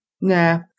nah